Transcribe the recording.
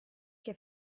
che